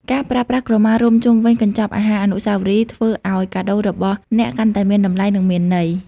ការប្រើប្រាស់ក្រមារុំជុំវិញកញ្ចប់អាហារអនុស្សាវរីយ៍ ធ្វើឱ្យកាដូរបស់អ្នកកាន់តែមានតម្លៃ និងមានន័យ។